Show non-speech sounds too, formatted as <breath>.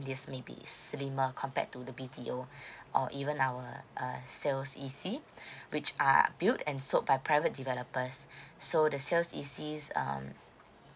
list may be slimmer compared to the B_T_O <breath> or even our err sales E_C <breath> which are are built and sold by private developers so the sales E_Cs um